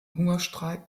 hungerstreik